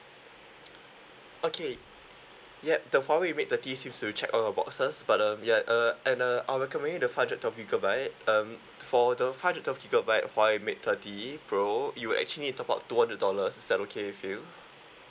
okay yup the huawei mate thirty seems to check all your boxes but um ya uh and uh I'll recommend you the five hundred twelve gigabyte um for the five hundred twelve gigabyte huawei mate thirty pro you actually need to top up two hundred dollars is that okay with you